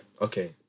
okay